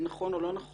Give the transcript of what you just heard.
האם נכוון או לא נכון,